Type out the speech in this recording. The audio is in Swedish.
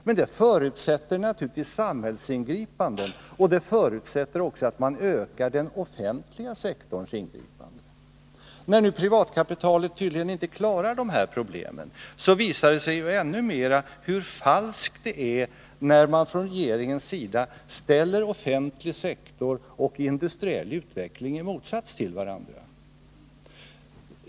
Men det förutsätter naturligtvis samhällsingripanden. Och det förutsätter också att man ökar den offentliga sektorns ingripande. När privatkapitalet tydligen inte klarar dessa problem framstår det ännu klarare hur falskt det är när man från regeringens sida ställer offentlig sektor och industriell utveckling i motsats till varandra.